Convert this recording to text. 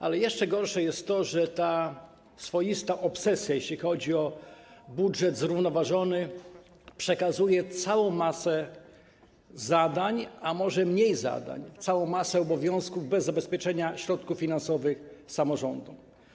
Ale jeszcze gorsze jest to, że ta swoista obsesja, jeśli chodzi o budżet zrównoważony, przekazuje całą masę zadań, a może mniej zadań, całą masę obowiązków bez zabezpieczenia środków finansowych samorządom.